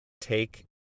take